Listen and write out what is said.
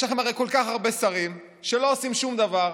יש לכם הרי כל כך הרבה שרים שלא עושים שום דבר,